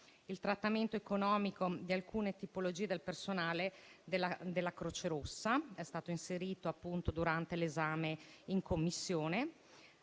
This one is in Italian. Il trattamento economico di alcune tipologie del personale della Croce Rossa è stato inserito durante l'esame in Commissione.